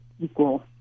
equal